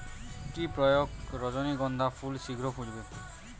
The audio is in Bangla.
কি প্রয়োগে রজনীগন্ধা ফুল শিঘ্র ফুটবে?